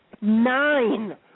Nine